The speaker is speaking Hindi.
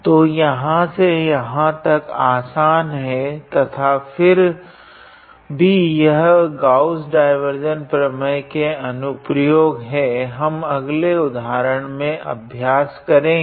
तो यहाँ से यहाँ यह आसन है तथा फिर भी यह गॉस डाइवार्जेंस प्रमेय का अनुप्रयोग है हम अगले उदाहरण में अभ्यास करेगे